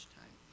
time